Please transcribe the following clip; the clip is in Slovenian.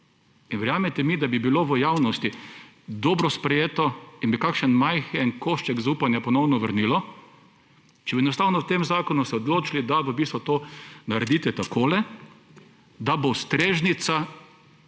in verjemite mi, da bi bilo v javnosti dobro sprejeto in bi kakšen majhen košček zaupanja ponovno vrnilo, če bi enostavno v tem zakonu se odločili, da v bistvu to naredite takole, da bo strežnica,